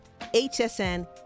HSN